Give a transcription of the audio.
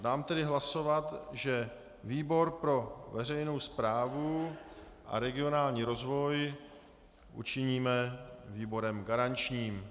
Dám tedy hlasovat, že výbor pro veřejnou správu a regionální rozvoj učiníme výborem garančním.